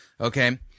Okay